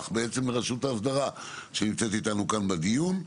לרשות האסדרה שנמצאת איתנו כאן בדיון.